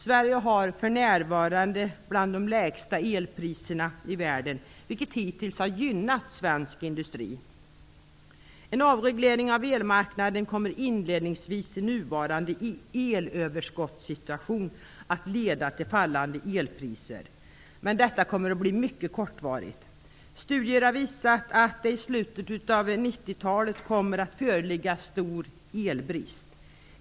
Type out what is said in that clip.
Sverige har för närvarande bland de lägsta elpriserna i världen, vilket hittills har gynnat svensk industri. En avreglering av elmarknaden kommer inledningsvis, i nuvarande elöverskottssituation, att leda till fallande elpriser. Men detta kommer att bli mycket kortvarigt. Studier har visat att det i slutet av 90-talet kommer att föreligga stor elbrist.